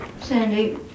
Sandy